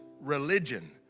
religion